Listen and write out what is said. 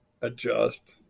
adjust